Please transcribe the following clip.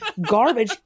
garbage